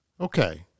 Okay